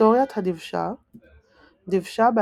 היסטורית הדבשה דבשה,